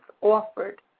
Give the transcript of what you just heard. offered